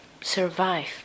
survive